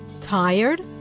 Tired